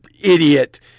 idiot